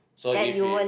so if he